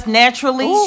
naturally